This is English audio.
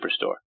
Superstore